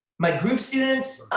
my group students,